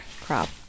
crop